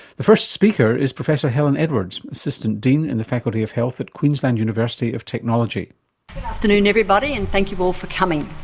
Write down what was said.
the first speaker is professor helen edwards, assistant dean in the faculty of health at queensland university of technology. good afternoon everybody and thank you all for coming.